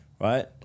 right